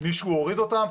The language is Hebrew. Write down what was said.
מישהו הוריד אותם?